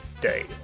Day